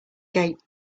gate